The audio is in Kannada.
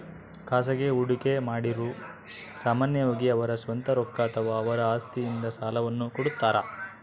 ಖಾಸಗಿ ಹೂಡಿಕೆಮಾಡಿರು ಸಾಮಾನ್ಯವಾಗಿ ಅವರ ಸ್ವಂತ ರೊಕ್ಕ ಅಥವಾ ಅವರ ಆಸ್ತಿಯಿಂದ ಸಾಲವನ್ನು ಕೊಡುತ್ತಾರ